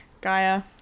Gaia